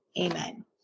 Amen